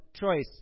choice